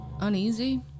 Uneasy